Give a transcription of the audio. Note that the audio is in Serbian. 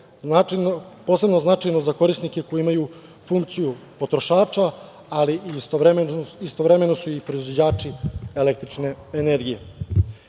posebno je značajno za korisnike koji imaju funkciju potrošača, ali istovremeno su i proizvođači električne energije. Ono